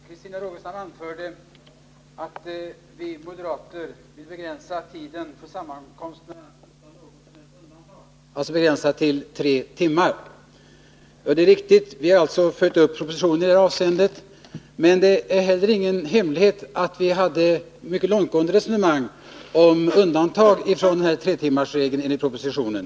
Herr talman! Christina Rogestam anförde att vi moderater ville begränsa tiden för cirkelsammankomsterna till 3 timmar utan något som helst undantag. Det är riktigt. Vi har följt propositionen i det avseendet. Det är heller ingen hemlighet att vi hade mycket långtgående resonemang om undantag från den 3-timmarsregel som föreslås i propositionen.